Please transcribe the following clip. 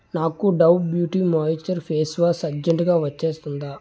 నాకు Dove beauty moisture face wash urgent గా వచ్చేస్తుందా